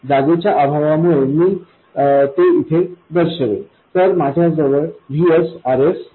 जागेच्या अभावामुळे मी ते इथे दर्शवेल तर माझ्याजवळ Vs Rs आहे